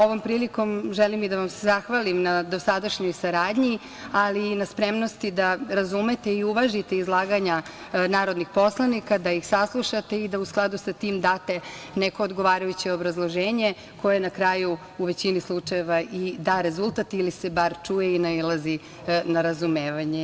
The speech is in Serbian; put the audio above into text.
Ovom prilikom želim i da vam se zahvalim na dosadašnjoj saradnji, ali i na spremnosti da razumete i uvažite izlaganja narodnih poslanika, da ih saslušate i da u skladu sa tim date neko odgovarajuće obrazloženje koje na kraju, u većini slučajeva, i da rezultat ili se bar čuje i nailazi na razumevanje.